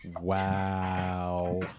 wow